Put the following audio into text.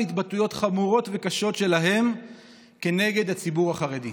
התבטאויות חמורות וקשות שלהם כנגד הציבור החרדי.